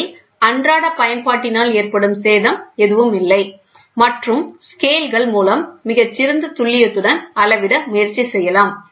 இதில் அன்றாட பயன்பாட்டினால் ஏற்படும் சேதம் எதுவும் இல்லை மற்றும் ஸ்கேல்கள் மூலம் மிகச்சிறந்த துல்லியத்துடன் அளவிட முயற்சி செய்யலாம்